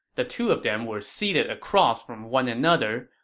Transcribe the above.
the two of them were seated across from one another,